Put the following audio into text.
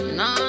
no